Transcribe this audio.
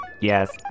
yes